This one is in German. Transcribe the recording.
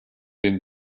den